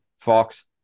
Fox